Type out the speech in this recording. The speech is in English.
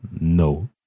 no